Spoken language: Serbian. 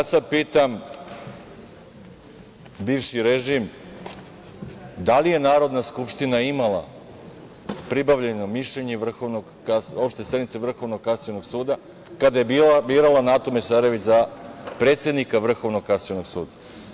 Ja sad pitam bivši režim - da li je Narodna skupština imala pribavljeno mišljenje opšte sednice Vrhovnog kasacionog suda kada je birala Natu Mesarović za predsednika Vrhovnog kasacionog suda?